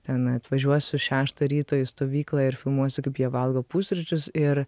ten atvažiuosiu šeštą ryto į stovyklą ir filmuosiu kaip jie valgo pusryčius ir